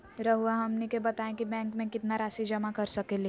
रहुआ हमनी के बताएं कि बैंक में कितना रासि जमा कर सके ली?